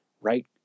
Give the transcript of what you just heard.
right